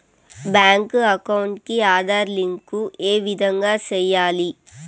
Bank account కి Aadhaar link ఏ విధంగా సెయ్యాలి?